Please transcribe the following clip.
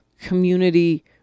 community